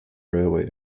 railway